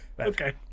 Okay